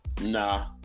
Nah